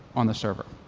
on the server.